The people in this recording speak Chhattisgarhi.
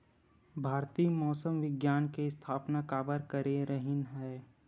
भारती मौसम विज्ञान के स्थापना काबर करे रहीन है?